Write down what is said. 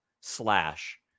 slash